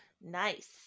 Nice